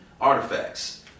artifacts